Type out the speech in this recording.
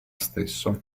stesso